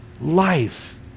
life